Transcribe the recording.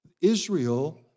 Israel